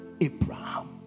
Abraham